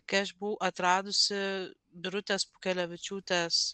kai aš buvau atradusi birutės pūkelevičiūtės